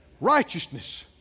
righteousness